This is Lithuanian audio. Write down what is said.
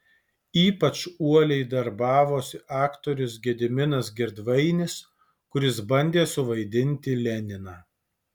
ypač uoliai darbavosi aktorius gediminas girdvainis kuris bandė suvaidinti leniną